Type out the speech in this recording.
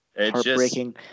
heartbreaking